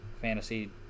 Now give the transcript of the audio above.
fantasy